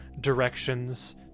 directions